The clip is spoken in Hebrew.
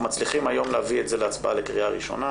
מצליחים היום להביא את זה להצבעה בקריאה ראשונה,